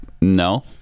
no